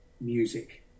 Music